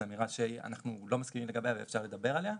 אמירה שאנחנו לא מסכימים לגביה ואפשר לדבר עליה.